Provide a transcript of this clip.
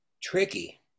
tricky